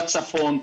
בצפון,